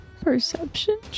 Perception